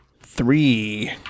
Three